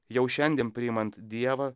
jau šiandien priimant dievą